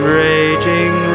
raging